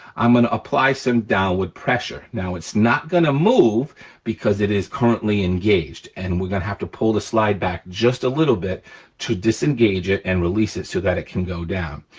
i'm gonna apply some downward pressure. now, it's not gonna move because it is currently engaged, and we're gonna have to pull the slide back just a little bit to disengage it and release it so that it can go down.